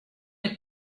est